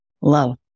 Love